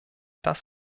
das